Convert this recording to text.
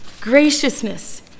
graciousness